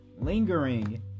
lingering